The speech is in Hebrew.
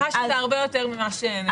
אני מבטיחה שזה הרבה יותר ממה שנכתב כאן.